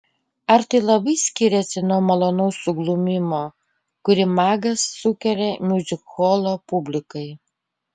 ar tai labai skiriasi nuo malonaus suglumimo kurį magas sukelia miuzikholo publikai